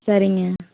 சரிங்க